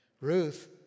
Ruth